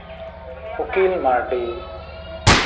ᱩᱠᱤᱞ ᱢᱟᱨᱰᱤ